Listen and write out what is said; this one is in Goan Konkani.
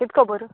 कित खबर